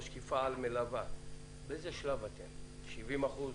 באיזה שלב אתם, 70%?